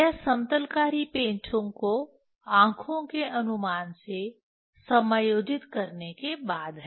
यह समतलकारी पेंचो को आंखों के अनुमान से समायोजित करने के बाद है